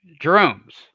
Jerome's